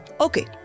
Okay